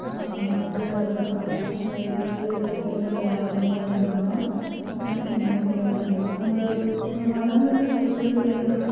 நல்ல இந்த கலை கைவினையில் ஆர்வமாக இருந்தோம்னா மனசு நிம்மதியாக இருக்கும் அந்த நம்ம அலங்கரித்து பொருள்களை நம்ம